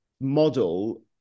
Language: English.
model